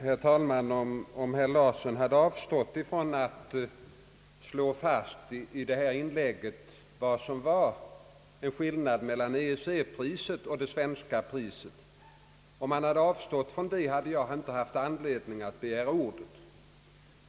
Herr talman! Om herr Thorsten Larsson hade avstått från att slå fast i sitt inlägg vad som var skillnaden mellan EEC-priset och det svenska priset, hade jag inte haft anledning att ånyo begära ordet.